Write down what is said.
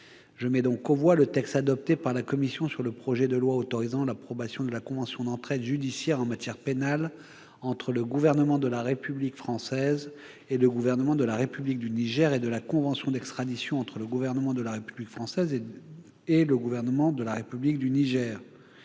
Je mets aux voix le texte adopté par la commission sur le projet de loi autorisant l'approbation de la convention d'entraide judiciaire en matière pénale entre le Gouvernement de la République française et le Gouvernement de la République du Niger et de la convention d'extradition entre le Gouvernement de la République française et le Gouvernement de la République du Niger